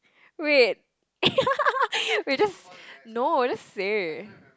wait wait just no just say